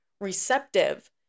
receptive